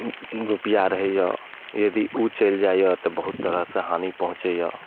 रुपैआ रहैयऽ यदि चैलि जाइया तऽ बहुत तरह सऽ हानि पहुँचैया